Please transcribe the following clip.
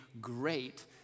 great